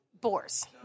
Boars